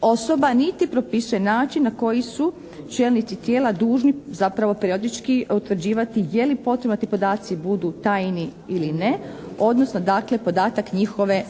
osoba niti propisuje način na koji su čelnici tijela dužni zapravo periodički utvrđivati je li potrebno da ti podaci butu tajni ili ne, odnosno dakle podatak njihove,